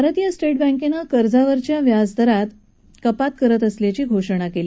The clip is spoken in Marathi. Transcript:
भारतीय स्टेट बँकेनं कर्जावरच्या व्याजदरात कपात करत असल्याची घोषणा आज केली